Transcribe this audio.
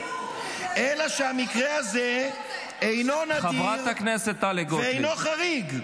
אלא שהמקרה הזה אינו נדיר ואינו חריג.